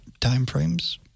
timeframes